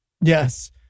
Yes